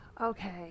Okay